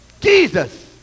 Jesus